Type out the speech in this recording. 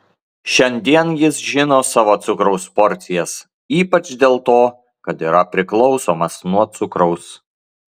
šiandien jis žino savo cukraus porcijas ypač dėl to kad yra priklausomas nuo cukraus